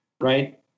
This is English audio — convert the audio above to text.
right